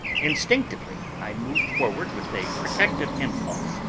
instinctively i moved forward with a protective impulse,